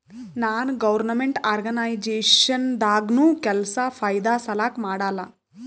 ನಾನ್ government organisation ದಾಗ್ನು ಕೆಲ್ಸಾ ಫೈದಾ ಸಲಾಕ್ ಮಾಡಲ್ಲ